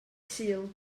sul